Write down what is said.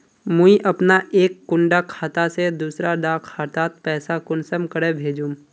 मुई अपना एक कुंडा खाता से दूसरा डा खातात पैसा कुंसम करे भेजुम?